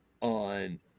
on